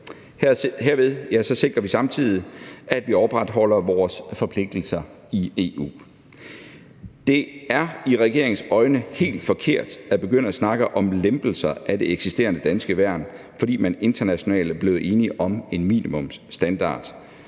Herved sikrer vi samtidig, at vi opretholder vores forpligtelser i EU. Det er i regeringens øjne helt forkert at begynde at snakke om lempelser af det eksisterende danske værn, fordi man internationalt er blevet enige om en minimumsstandard,